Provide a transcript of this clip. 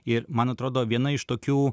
ir man atrodo viena iš tokių